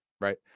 right